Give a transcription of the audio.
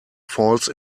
falls